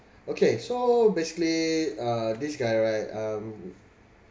okay so basically uh this guy right um